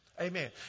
Amen